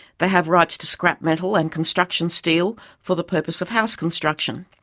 they have rights to scrap metal and construction steel for the purpose of house construction.